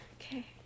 Okay